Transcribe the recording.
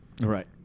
right